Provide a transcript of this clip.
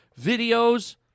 videos